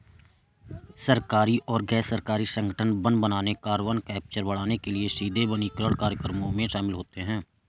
सरकारी, गैर सरकारी संगठन वन बनाने, कार्बन कैप्चर बढ़ाने के लिए सीधे वनीकरण कार्यक्रमों में शामिल होते हैं